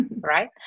right